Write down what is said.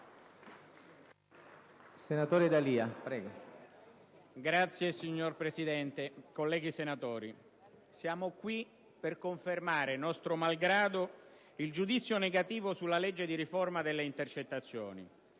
Signor Presidente, colleghi senatori, siamo qui per confermare, nostro malgrado, il giudizio negativo sulla legge di riforma delle intercettazioni.